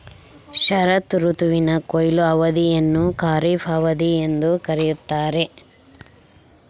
ಶರತ್ ಋತುವಿನ ಕೊಯ್ಲು ಅವಧಿಯನ್ನು ಖಾರಿಫ್ ಅವಧಿ ಎಂದು ಕರೆಯುತ್ತಾರೆ